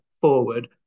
forward